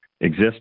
exist